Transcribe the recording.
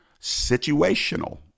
situational